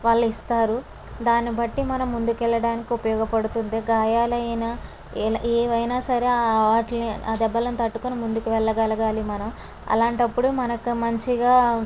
వాళ్ళు ఇస్తారు దాన్ని బట్టి మనం ముందుకు వెళ్ళడానికి ఉపయోగపడుతుంది గాయాలైనా ఏ ఏవైనా సరే వాటిల్ని ఆ దెబ్బలను తట్టుకుని ముందుకు వెళ్ళగలగాలి మనం అలాంటప్పుడు మనకు మంచిగా